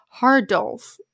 Hardolf